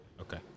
okay